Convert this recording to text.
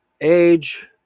age